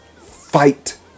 fight